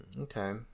okay